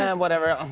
um whatever.